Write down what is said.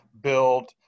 build